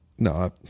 No